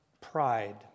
pride